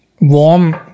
warm